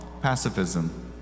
pacifism